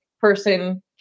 person